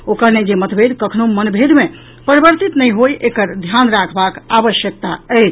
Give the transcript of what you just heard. ओ कहलनि जे मतभेद कखनहूँ मनभेद मे परिवर्तित नहि होय एकर ध्यान राखबाक आवश्यकता अछि